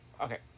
Okay